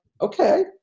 okay